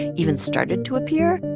even started to appear,